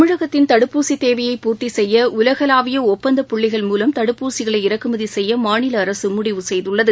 தமிழகத்தின் தடுப்பூசிதேவையைப் பூர்த்திசெய்ய உலகளாவியஒப்பந்தப் புள்ளிகள் மூலம் தடுப்பூசிகளை இறக்குமதிசெய்யமாநிலஅரசுமுடிவு செய்துள்ளது